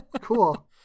Cool